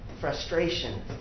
frustration